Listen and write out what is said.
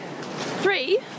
three